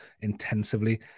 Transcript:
intensively